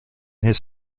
his